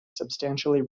substantially